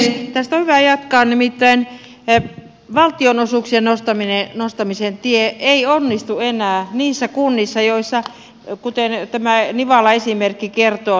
tästä on hyvä jatkaa nimittäin valtionosuuksien nostamisen tie ei onnistu enää niissä kunnissa kuten tämä nivala esimerkki kertoo